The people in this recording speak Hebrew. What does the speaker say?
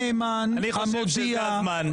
נו באמת.